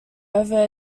over